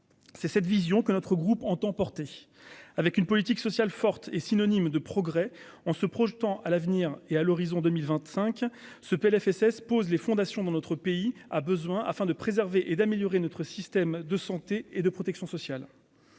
c'est cette vision que notre groupe ont emporté avec une politique sociale forte est synonyme de progrès en se projetant à l'avenir et à l'horizon 2025 ce PLFSS pose les fondations dans notre pays a besoin afin de préserver et d'améliorer notre système de santé et de protection sociale,